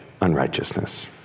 unrighteousness